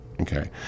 Okay